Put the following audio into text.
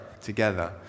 together